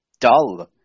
dull